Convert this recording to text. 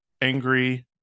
angry